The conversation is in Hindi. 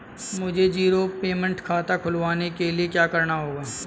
मुझे जीरो पेमेंट खाता खुलवाने के लिए क्या करना होगा?